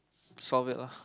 solve it lah